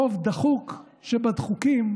רוב דחוק שבדחוקים,